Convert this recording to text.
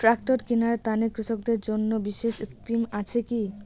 Tractor কিনার তানে কৃষকদের জন্য বিশেষ স্কিম আছি কি?